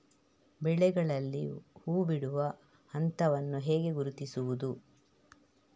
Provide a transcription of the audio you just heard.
ಬೆಳೆಗಳಲ್ಲಿ ಹೂಬಿಡುವ ಹಂತವನ್ನು ಹೇಗೆ ಗುರುತಿಸುವುದು?